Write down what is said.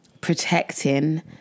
protecting